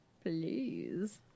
please